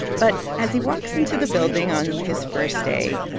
but as he walks into the building on his first day,